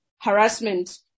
harassment